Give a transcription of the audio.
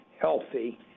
healthy